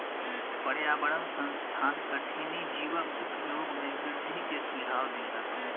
पर्यावरण संस्थान कठिनी जीवक उपयोग में वृद्धि के सुझाव देलक